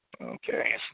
Okay